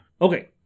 okay